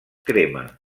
crema